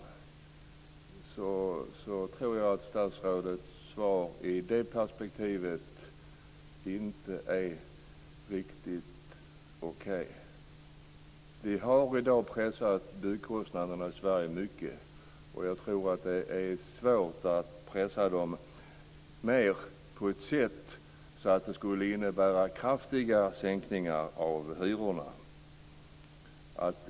I det perspektivet tror jag att statsrådets svar inte är riktigt okej. Vi har i dag pressat byggkostnaderna i Sverige mycket. Jag tror att det är svårt att pressa dem mer för att uppnå kraftigare sänkningar av hyrorna.